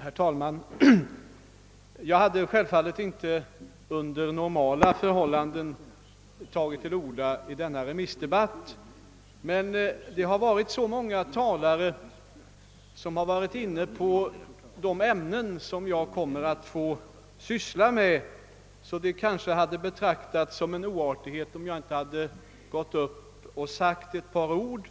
Herr talman! Jag skulle självfallet inte under normala förhållanden ha tagit till orda i denna remissdebatt, men så många talare har varit inne på de ämnen som jag kommer att få syssla med, att det kanske skulle ha betraktats som en oartighet, om jag inte hade gått upp för att säga ett par ord